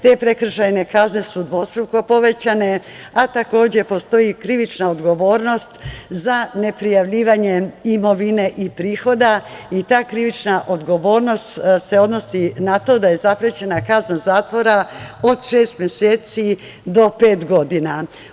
Te prekršajne kazne su dvostruko povećanje, a takođe postoji krivična odgovornost za neprijavljivanje imovine prihoda i ta krivična odgovornost se odnosi na to da je zaprećena kazna zatvora od šest meseci do pet godina.